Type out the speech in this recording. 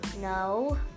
No